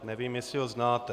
Nevím, jestli ho znáte.